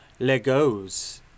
Legos